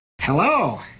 hello